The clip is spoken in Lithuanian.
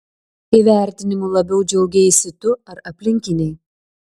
įvertinimu labiau džiaugeisi tu ar aplinkiniai